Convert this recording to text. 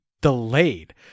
delayed